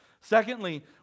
Secondly